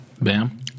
Bam